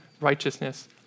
righteousness